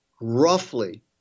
roughly